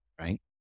right